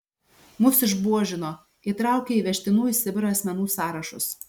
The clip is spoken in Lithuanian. mus išbuožino įtraukė į vežtinų į sibirą asmenų sąrašus